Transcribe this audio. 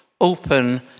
open